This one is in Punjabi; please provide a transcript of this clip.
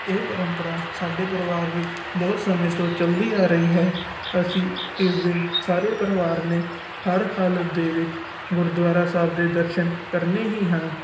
ਇਹ ਪਰੰਪਰਾ ਸਾਡੇ ਪਰਿਵਾਰ ਵਿੱਚ ਬਹੁਤ ਸਮੇਂ ਤੋਂ ਚਲਦੀ ਆ ਰਹੀ ਹੈ ਅਸੀਂ ਇਸ ਦਿਨ ਸਾਰੇ ਪਰਿਵਾਰ ਨੇ ਹਰ ਹਾਲਤ ਦੇ ਵਿੱਚ ਗੁਰਦੁਆਰਾ ਸਾਹਿਬ ਦੇ ਦਰਸ਼ਨ ਕਰਨੇ ਹੀ ਹਨ